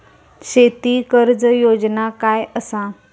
शेती कर्ज योजना काय असा?